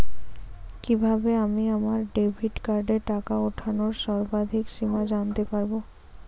কিভাবে আমি আমার ডেবিট কার্ডের টাকা ওঠানোর সর্বাধিক সীমা জানতে পারব?